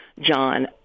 John